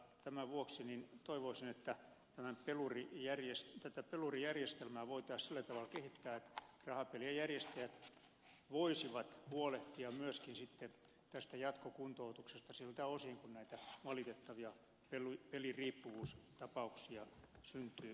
tämän vuoksi toivoisin että tätä peluuri järjestelmää voitaisiin sillä tavalla kehittää että rahapelien järjestäjät voisivat huolehtia myöskin sitten jatkokuntoutuksesta siltä osin kuin näitä valitettavia peliriippuvuustapauksia syntyy